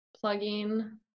plugging